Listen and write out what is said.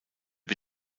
die